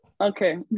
Okay